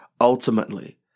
ultimately